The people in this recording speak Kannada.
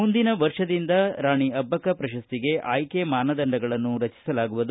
ಮುಂದಿನ ವರ್ಷದಿಂದ ರಾಣಿ ಅಬ್ಬಕ್ಕ ಪ್ರಶಸ್ತಿಗೆ ಆಯ್ಲೆ ಮಾನದಂಡಗಳನ್ನು ರಚಿಸಲಾಗುವುದು